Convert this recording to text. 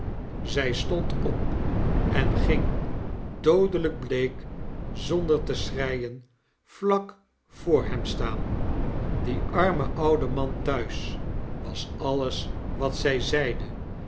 zij stond op en ging doodelijk bleek zonder te schreien vlak voor hem staan die arme oude man thuis was alles wat zij zeide